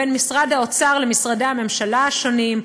בין משרד האוצר למשרדי הממשלה השונים,